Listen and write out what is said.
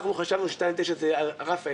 אנחנו חשבנו 2.9 זה הרף העליון.